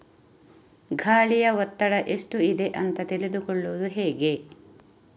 ಗಾಳಿಯ ಒತ್ತಡ ಎಷ್ಟು ಇದೆ ಅಂತ ತಿಳಿದುಕೊಳ್ಳುವುದು ಹೇಗೆ?